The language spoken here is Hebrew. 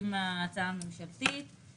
חוק הביטוח הלאומי, סעיפים 20-19, הבטחת